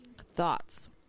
Thoughts